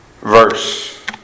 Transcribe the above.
verse